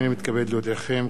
הנני מתכבד להודיעכם,